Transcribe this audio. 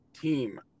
team